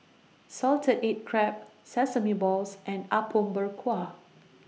Salted Egg Crab Sesame Balls and Apom Berkuah